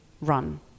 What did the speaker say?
run